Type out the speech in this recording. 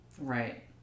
Right